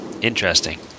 Interesting